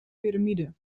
piramide